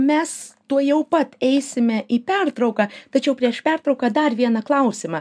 mes tuojau pat eisime į pertrauką tačiau prieš pertrauką dar vieną klausimą